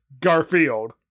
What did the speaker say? Garfield